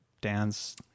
dance